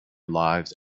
lives